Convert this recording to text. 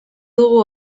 dugu